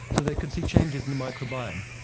so they could see changes in the microbiome.